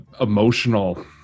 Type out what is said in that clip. emotional